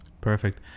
Perfect